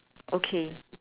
okay